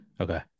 Okay